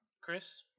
Chris